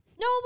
No